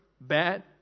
bad